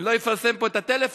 אני לא אפרסם פה את הטלפון,